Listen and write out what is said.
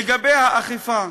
לגבי האכיפה,